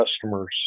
customers